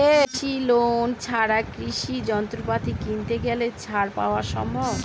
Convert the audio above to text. কৃষি লোন ছাড়া কৃষি যন্ত্রপাতি কিনতে গেলে ছাড় পাওয়া সম্ভব?